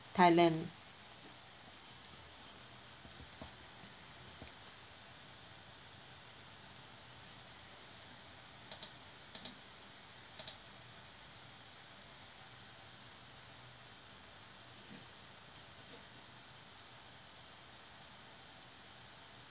thailand